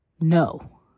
No